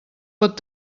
pot